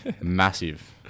massive